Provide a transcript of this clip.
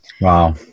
Wow